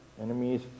Enemies